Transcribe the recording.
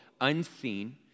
unseen